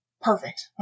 Perfect